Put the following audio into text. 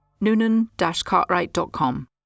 noonan-cartwright.com